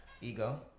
Ego